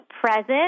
present